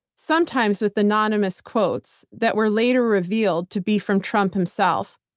sometimes with anonymous quotes that were later revealed to be from trump himself,